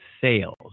sales